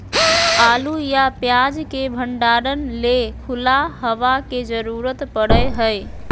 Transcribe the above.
आलू या प्याज के भंडारण ले खुला हवा के जरूरत पड़य हय